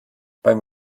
beim